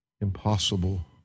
impossible